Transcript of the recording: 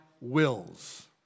wills